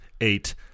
eight